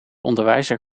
onderwijzer